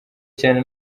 cyane